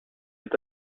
est